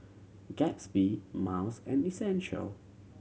Gatsby Miles and Essential